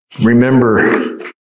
Remember